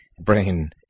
brain